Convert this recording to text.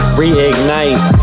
reignite